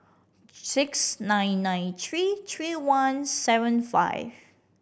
six nine nine three three one seven five